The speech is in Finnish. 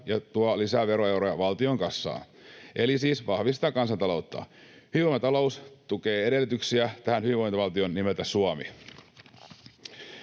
ja tuo lisää veroeuroja valtion kassaan, siis vahvistaa kansantaloutta. Hyvinvoiva talous tukee edellytyksiä tähän hyvinvointivaltioon nimeltä Suomi.